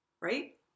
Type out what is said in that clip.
right